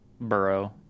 Burrow